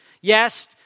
Yes